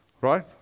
Right